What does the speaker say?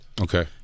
Okay